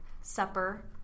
supper